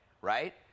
right